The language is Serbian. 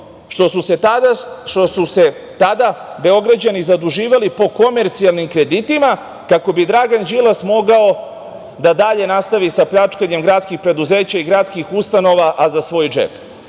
što su se tada Beograđani zaduživali po komercijalnim kreditima, kako bi Dragan Đilas mogao da dalje nastavi sa pljačkanjem gradskih preduzeća i gradskih ustanova, a za svoj džep. Svi